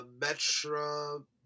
Metro